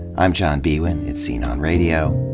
i'm john biewen, it's scene on radio.